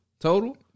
total